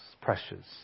pressures